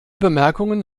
bemerkungen